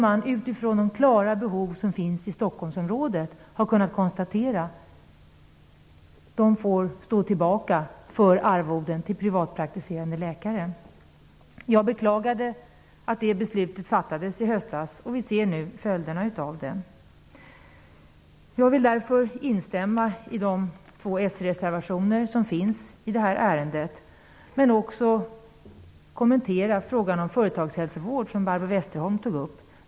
De tydliga behov som man har kunnat konstatera i Stockholmsområdet får stå tillbaka för arvoden till privatpraktiserande läkare. Jag beklagade att detta beslut fattades i höstas. Vi ser nu följderna av det. Jag vill därför instämma i de två s-reservationer som finns i detta ärende. Jag vill också kommentera frågan om företagshälsovård, som Barbro Westerholm tog upp.